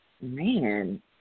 Man